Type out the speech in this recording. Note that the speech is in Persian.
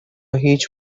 هیچ